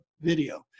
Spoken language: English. video